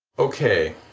okay